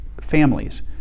families